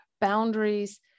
boundaries